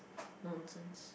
nonsense